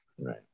Right